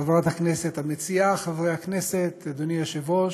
חברת הכנסת המציעה, חברי הכנסת, אדוני היושב-ראש,